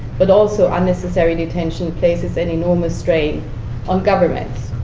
but also unnecessary detention faces an enormous strain on governments.